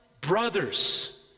brothers